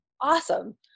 Awesome